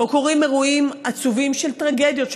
או קורים אירועים עצובים של טרגדיות,